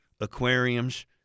aquariums